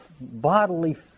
bodily